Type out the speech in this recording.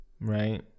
Right